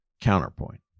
counterpoint